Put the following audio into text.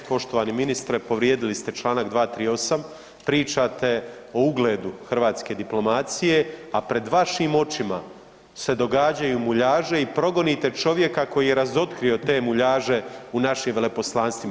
Poštovani ministre, povrijedili ste čl. 238., pričate o ugledu hrvatske diplomacije, a pred vašim očima se događaju muljaže i progonite čovjeka koji je razotkrio te muljaže u našim veleposlanstvima.